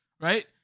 right